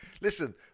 listen